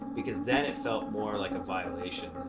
because then it felt more like a violation